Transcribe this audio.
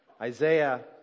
Isaiah